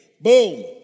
Boom